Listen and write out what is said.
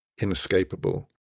inescapable